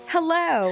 Hello